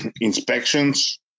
inspections